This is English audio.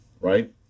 right